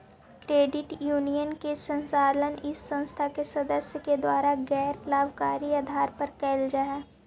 credit union के संचालन इस संस्था के सदस्य के द्वारा गैर लाभकारी आधार पर कैल जा हइ